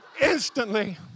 Instantly